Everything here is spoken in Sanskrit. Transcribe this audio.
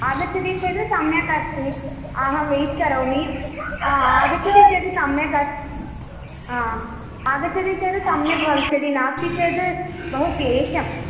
आगच्छति चेत् सम्यक् अस्ति अहं वैट् करोमि आगच्छति चेत् सम्यक् अस्ति अहम् आगच्छति चेत् सम्यक् भविष्यति नास्ति चेद् बहु क्लेशं